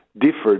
differed